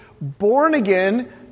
born-again